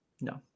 No